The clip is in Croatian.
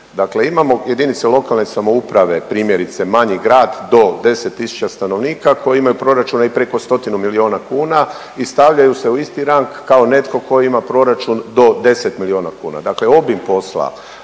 Dakle imamo jedinice lokalne samouprave, primjerice, manji grad do 10 tisuća stanovnika koji imaju proračune preko stotinu milijuna kuna i stavljaju se u isti rang kao netko tko ima proračun do 10 milijuna kuna.